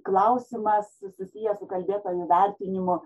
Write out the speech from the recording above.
klausimas susijęs su kalbėtojų vertinimu